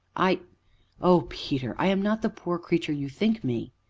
i oh, peter i am not the poor creature you think me.